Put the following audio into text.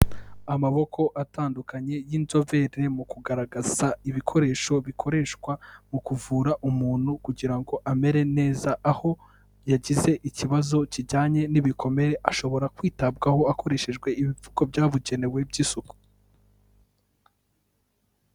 Amaboko atandukanye y'inzobere mu kugaragaza ibikoresho bikoreshwa mu kuvura umuntu kugira ngo amere neza, aho yagize ikibazo kijyanye n'ibikomere, ashobora kwitabwaho hakoreshejwe ibipfuko byabugenewe by'isuku.